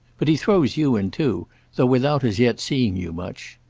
but he throws you in too, though without as yet seeing you much.